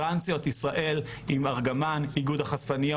טרנסיות ישראל, עם ארגמן - איגוד החשפניות.